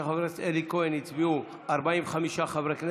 של חבר הכנסת אלי כהן הצביעו 45 חברי כנסת,